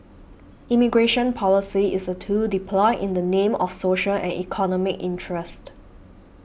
immigration policy is a tool deployed in the name of social and economic interest